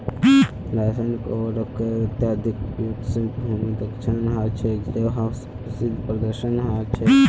रासायनिक उर्वरकेर अत्यधिक उपयोग से भूमिर क्षरण ह छे जहासे कृषि प्रदूषण ह छे